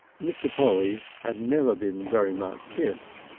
mr. polly had never been very much kissed,